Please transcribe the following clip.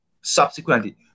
subsequently